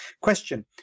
Question